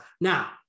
Now